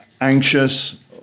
anxious